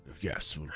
yes